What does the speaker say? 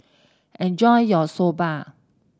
enjoy your Soba